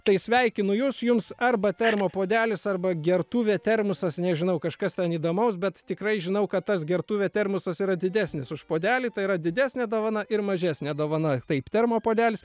tai sveikinu jus jums arba termo puodelis arba gertuvė termosas nežinau kažkas ten įdomaus bet tikrai žinau kad tas gertuvė termosas yra didesnis už puodelį tai yra didesnė dovana ir mažesnė dovana taip termopuodelis